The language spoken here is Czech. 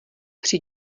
při